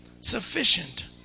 sufficient